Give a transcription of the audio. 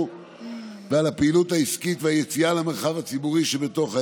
ועל הפעילות העסקית והיציאה למרחב הציבורי בתוך האזור.